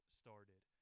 started